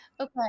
okay